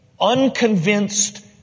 unconvinced